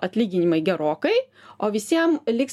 atlyginimai gerokai o visiem liks